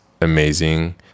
amazing